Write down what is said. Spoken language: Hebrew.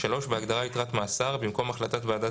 (3)בהגדרה ״יתרת מאסר" במקום החלטת ועדת